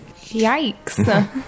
yikes